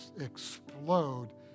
explode